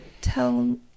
tell